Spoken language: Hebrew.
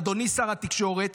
אדוני שר התקשורת,